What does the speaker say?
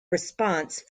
response